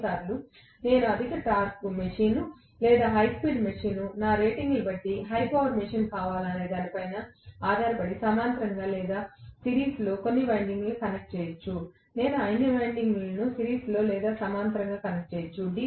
కొన్నిసార్లు నేను అధిక టార్క్ మెషీన్ లేదా హై స్పీడ్ మెషీన్ నా రేటింగ్లను బట్టి హై పవర్ మెషీన్ కావాలా అనే దానిపై ఆధారపడి సమాంతరంగా లేదా సిరీస్లో కొన్ని వైండింగ్లను కనెక్ట్ చేయవచ్చు నేను అన్ని వైండింగ్లను సిరీస్లో లేదా సమాంతరంగా కనెక్ట్ చేయవచ్చు